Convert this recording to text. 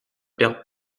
père